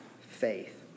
faith